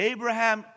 Abraham